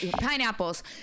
pineapples